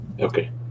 Okay